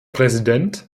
präsident